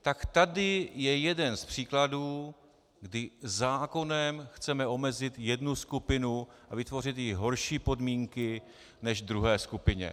Tak tady je jeden z příkladů, kdy zákonem chceme omezit jednu skupinu a vytvořit jí horší podmínky než druhé skupině.